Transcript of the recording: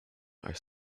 are